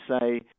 say